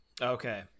Okay